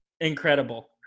Incredible